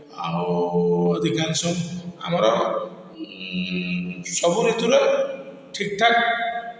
ଆଉ ଅଧିକାଂଶ ଆମର ସବୁ ଋତୁରେ ଠିକ୍ ଠାକ୍